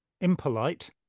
impolite